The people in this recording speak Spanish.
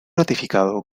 ratificado